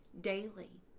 daily